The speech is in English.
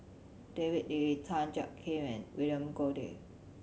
David Lee Tan Jiak Kim and William Goode